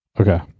Okay